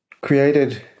created